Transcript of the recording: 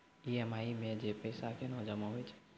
EMI मे जे पैसा केना जमा होय छै?